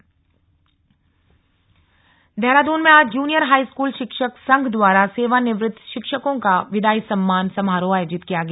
slug विदाई समारोह देहरादून में आज जूनियर हाईस्कूल शिक्षक संघ द्वारा सेवानिवृत्त शिक्षकों का विदाई सम्मान समारोह आयोजित किया गया